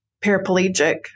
paraplegic